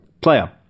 player